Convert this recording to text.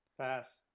Pass